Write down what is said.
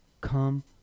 come